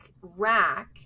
rack